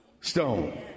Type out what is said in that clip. stone